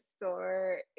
store